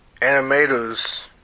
animators